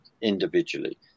individually